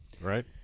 right